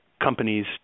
companies